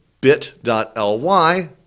bit.ly